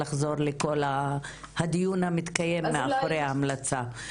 לחזור לכל הדיון המתקיים מאחורי ההמלצה.